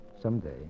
someday